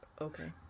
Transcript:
Okay